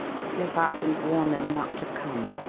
slip out and warn them not to come.